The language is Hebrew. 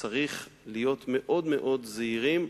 צריכים להיות מאוד זהירים,